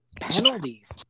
penalties